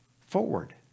forward